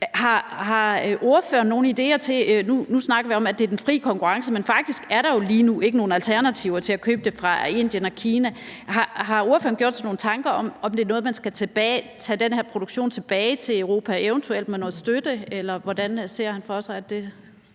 lægemidler. Nu snakker vi om, at det er den fri konkurrence, men faktisk er der jo lige nu ikke nogen alternativer til at købe det fra Indien og Kina. Har ordføreren gjort sig nogen tanker om, om man skal tage den her produktion tilbage til Europa, eventuelt med noget støtte? Eller hvordan ser han for sig at det